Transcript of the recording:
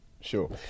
sure